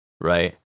right